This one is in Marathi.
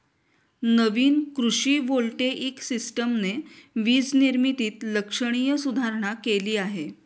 नवीन कृषी व्होल्टेइक सिस्टमने वीज निर्मितीत लक्षणीय सुधारणा केली आहे